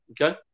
Okay